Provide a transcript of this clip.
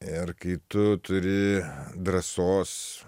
ir kai tu turi drąsos